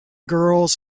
girls